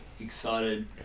excited